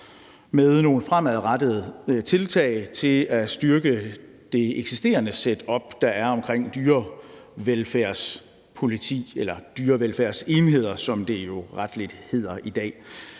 med nogle fremadrettede tiltag til at styrke det eksisterende setup, der er omkring et dyrevelfærdspoliti eller dyrevelfærdsenheder, som det jo rettelig hedder i dag.